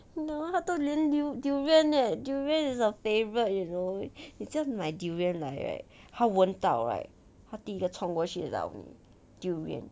you know 它都连 durian leh durian is her favourite you know 你知道买 durian right 它闻到 right 它第一个冲过去找 durian